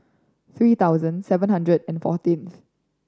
three thousand seven hundred and fourteenth